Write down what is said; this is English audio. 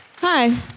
Hi